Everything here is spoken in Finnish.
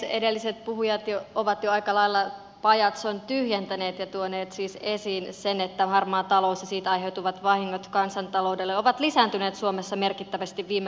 edelliset puhujat ovat jo aika lailla pajatson tyhjentäneet ja tuoneet siis esiin sen että harmaa talous ja siitä aiheutuvat vahingot kansantaloudelle ovat lisääntyneet suomessa merkittävästi viime vuosina